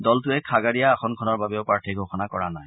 দলটোৱে খাগাৰিয়া আসনখনৰ বাবেও প্ৰাৰ্থী ঘোষণা কৰা নাই